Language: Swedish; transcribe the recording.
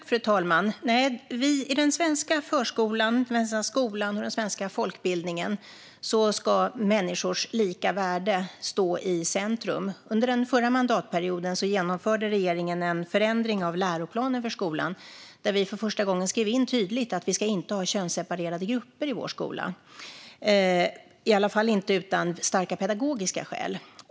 Fru talman! I den svenska förskolan, skolan och folkbildningen ska människors lika värde stå i centrum. Under den förra mandatperioden genomförde regeringen en förändring av läroplanen för skolan i vilken vi för första gången tydligt skrev in att vi inte ska ha könsseparerade grupper i skolan, i alla fall inte utan starka pedagogiska skäl.